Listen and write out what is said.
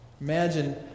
imagine